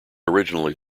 originally